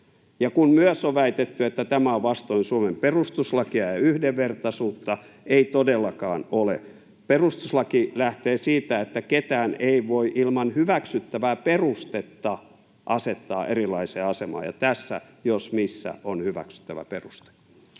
kun myös on väitetty, että tämä on vastoin Suomen perustuslakia ja yhdenvertaisuutta: Ei todellakaan ole. Perustuslaki lähtee siitä, että ketään ei voi ilman hyväksyttävää perustetta asettaa erilaiseen asemaan, ja tässä jos missä on hyväksyttävä peruste.